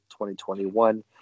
2021